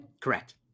Correct